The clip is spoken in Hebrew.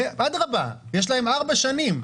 אדרבה, יש להם ארבע שנים.